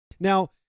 Now